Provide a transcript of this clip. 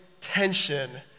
tension